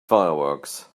fireworks